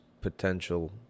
potential